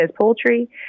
poultry